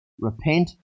Repent